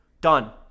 done